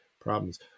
problems